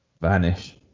Vanish